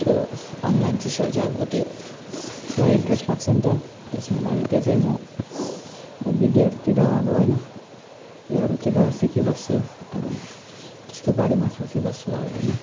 त्यो अनलाइन चिजहरू चाहिँ अब त्यो प्रायः इन्ट्रेस्ट लाग्छ नि त त्यस त्यो चाहिँ म अब भिडियोहरूतिर अब होइन उयोहरूतिर सिकी बस्छु होइन अब त्यसको बारेमा सोची बस्छु अब होइन